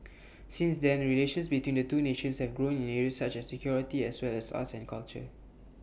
since then relations between the two nations have grown in areas such as security as well as arts and culture